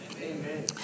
Amen